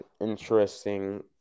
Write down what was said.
interesting